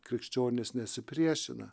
krikščionys nesipriešina